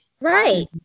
Right